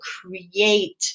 create